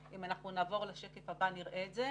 כשנעבור לשקף הבא נראה את זה.